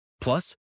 Plus